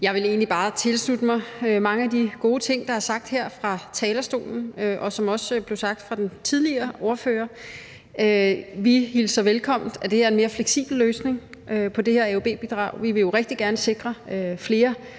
Jeg vil egentlig bare tilslutte mig mange af de gode ting, der er sagt her fra talerstolen, og som også blev sagt af den tidligere ordfører. Vi hilser det velkommen, at det er en mere fleksibel løsning på det her AUB-bidrag. Vi vil jo rigtig gerne sikre, at flere